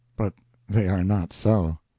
but they are not so.